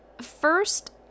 first